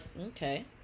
okay